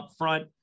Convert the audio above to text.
upfront